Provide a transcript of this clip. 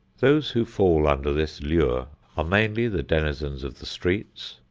those who fall under this lure are mainly the denizens of the streets,